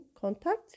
contact